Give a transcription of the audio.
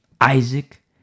Isaac